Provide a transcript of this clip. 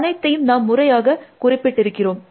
அனைத்தையும் நாம் முறையாக குறிப்பிட்டிருக்கிறோம்